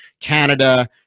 Canada